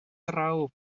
draw